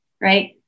right